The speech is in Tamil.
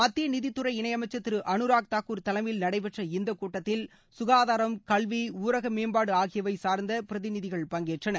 மத்திய நிதித்துறை இணை அமைச்சர் திரு அனுராக் தாகூர் தலைமையில் நடைபெற்ற இந்தக் கூட்டத்தில் சுகாதாரம் கல்வி ஊரக மேம்பாடு ஆகியவை சார்ந்த பிரதிநிதிகள் பங்கேற்றனர்